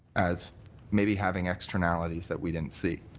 as maybe having externalities that we didn't see.